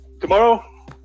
tomorrow